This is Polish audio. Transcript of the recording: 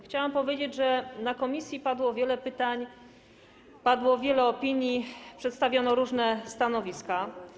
Chciałabym powiedzieć, że na posiedzeniu komisji padło wiele pytań, padło wiele opinii, przedstawiono różne stanowiska.